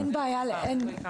אין בעיה, אין.